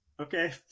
okay